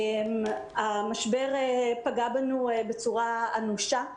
המשבר פגע בנו בצורה אנושה.